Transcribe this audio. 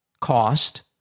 cost